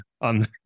on